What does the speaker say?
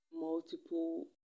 multiple